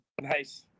Nice